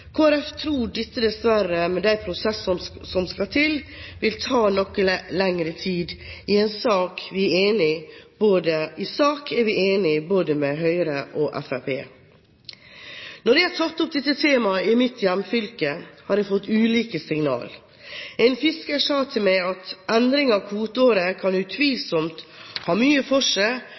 tror at dette dessverre, med de prosessene som skal til, vil ta noe lengre tid. I sak er vi enige både med Høyre og Fremskrittspartiet. Når jeg har tatt opp dette temaet i mitt hjemfylke, har jeg fått ulike signal. En fisker sa til meg at endringer av kvoteåret kan utvilsomt ha mye for